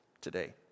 today